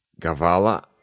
Gavala